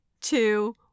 two